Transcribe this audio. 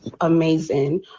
amazing